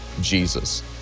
Jesus